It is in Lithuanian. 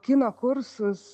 kino kursus